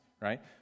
right